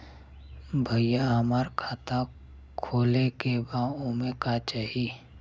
भईया हमार खाता खोले के बा ओमे का चाही?